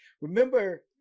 Remember